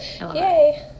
Yay